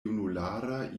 junulara